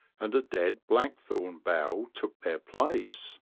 and a dead black-thorn bough took their place.